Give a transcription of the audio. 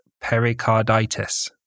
pericarditis